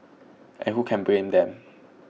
and who can blame them